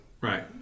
Right